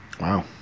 Wow